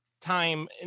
time